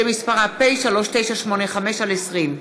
מס' פ/3985/20.